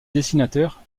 dessinateur